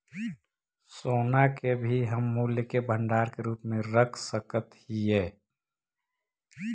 सोना के भी हम मूल्य के भंडार के रूप में रख सकत हियई